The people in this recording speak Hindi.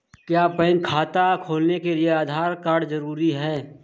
क्या बैंक खाता खोलने के लिए आधार कार्ड जरूरी है?